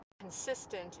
consistent